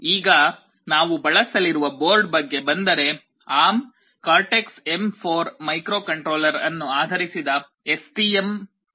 ಈಗ ನಾವು ಬಳಸಲಿರುವ ಬೋರ್ಡ್ ಬಗ್ಗೆ ಬಂದರೆ ARM ಕಾರ್ಟೆಕ್ಸ್ ಎಂ 4 ಮೈಕ್ರೊಕಂಟ್ರೋಲರ್ ಅನ್ನು ಆಧರಿಸಿದ ಎಸ್ಟಿಎಂ 32